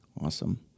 Awesome